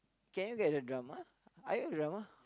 can you get the drummer I have drummer